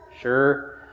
sure